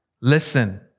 listen